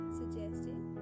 suggesting